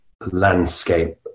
landscape